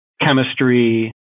chemistry